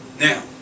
now